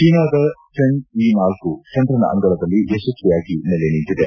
ಜೀನಾದ Chang'e ಚಂದ್ರನ ಅಂಗಳದಲ್ಲಿ ಯಶಸ್ವಿಯಾಗಿ ನೆಲೆ ನಿಂತಿದೆ